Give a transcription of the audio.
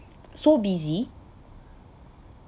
so busy